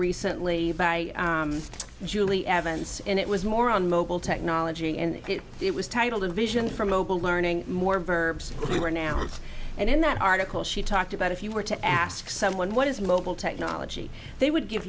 recently by julie evans and it was more on mobile technology and it was titled a vision for mobile learning more verbs were announced and in that article she talked about if you were to ask someone what is mobile technology they would give